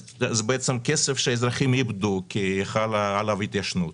זה בעצם כסף שהאזרחים איבדו כי חל עליו התיישבות,